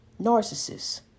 Narcissist